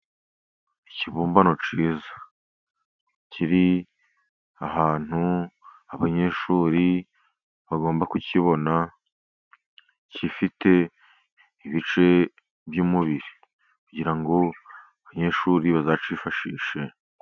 Ikibumbano cyiza kiri ahantu abanyeshuri bagomba kukibona. Gifite ibice by'umubiri kugira ngo abanyeshuri bazacyifashishe.